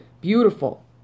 beautiful